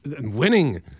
winning